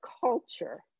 culture